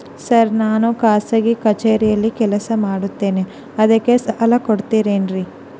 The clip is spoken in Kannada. ಸರ್ ನಾನು ಖಾಸಗಿ ಕಚೇರಿಯಲ್ಲಿ ಕೆಲಸ ಮಾಡುತ್ತೇನೆ ಅದಕ್ಕೆ ಸಾಲ ಕೊಡ್ತೇರೇನ್ರಿ?